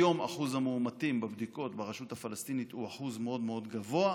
היום אחוז המאומתים בבדיקות ברשות הפלסטינית הוא אחוז מאוד מאוד גבוה,